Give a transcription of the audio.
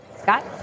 Scott